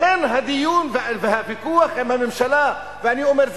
לכן הדיון והוויכוח עם הממשלה ואני אומר את